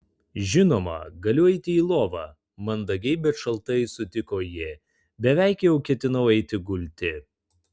žinoma galiu eiti į lovą mandagiai bet šaltai sutiko ji beveik jau ketinau eiti gulti